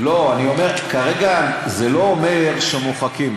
כרגע זה לא אומר שמוחקים.